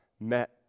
met